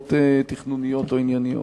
מסיבות תכנוניות או ענייניות.